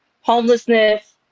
Homelessness